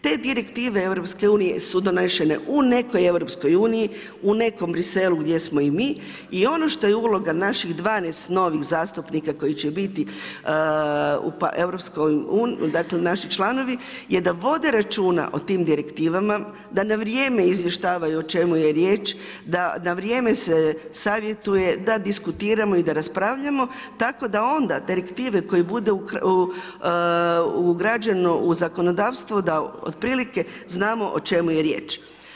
Te direktive EU su donešene u nekoj EU, u nekom Bruxellesu gdje smo i mi i ono što je uloga naših 12 novih zastupnika koji će biti naši članovi je da vode računa o tim direktiva da na vrijeme izvještavaju o čemu je riječ, da na vrijeme se savjetuje, da diskutiramo i da raspravljamo tako da onda direktive koje budu ugrađene u zakonodavstvo da otprilike znamo o čemu je riječ.